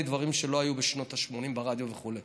דברים שלא היו בשנות ה-80 ברדיו וכו'.